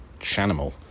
shanimal